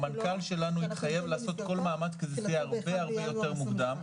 המנכ"ל שלנו התחייב לעשות כל מאמץ כדי שזה יהיה הרבה הרבה יותר מוקדם.